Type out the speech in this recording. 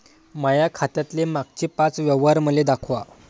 माया खात्यातले मागचे पाच व्यवहार मले दाखवा